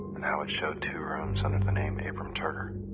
and how it showed two rooms under the name abram terger.